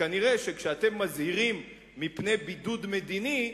כשאתם מזהירים מפני בידוד מדיני,